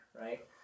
right